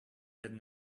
had